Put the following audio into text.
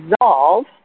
dissolve